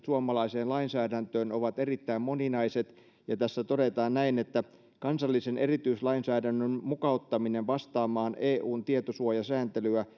suomalaiseen lainsäädäntöön ovat erittäin moninaiset ja tässä todetaan näin että kansallisen erityislainsäädännön mukauttaminen vastaamaan eun tietosuojasääntelyä